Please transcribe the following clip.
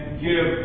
give